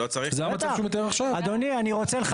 זה המצב שהוא מתאר עכשיו.